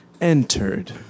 entered